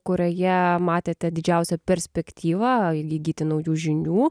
kurioje matėte didžiausią perspektyvą įgyti naujų žinių